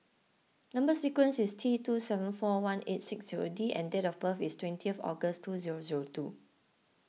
Number Sequence is T two seven four one eight six zero D and date of birth is twentieth August two zero zero two